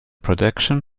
protection